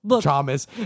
Thomas